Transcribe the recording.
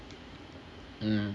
mm